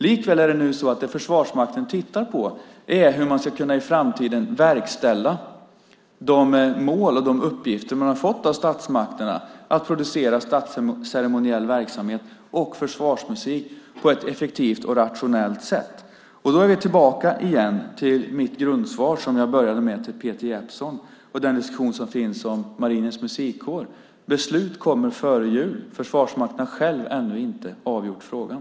Likväl är det nu så att det Försvarsmakten tittar på är hur man i framtiden ska kunna verkställa de mål och de uppgifter man har fått av statsmakten att producera statsceremoniell verksamhet och försvarsmusik på ett effektivt och rationellt sätt. Då är vi tillbaka igen till mitt grundsvar, som jag började med till Peter Jeppsson, och till den diskussion som finns om Marinens musikkår: Beslut kommer före jul. Försvarsmakten har själv ännu inte avgjort frågan.